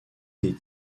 des